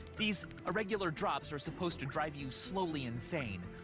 these irregular drops are supposed to drive you slowly insane.